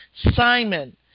Simon